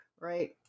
right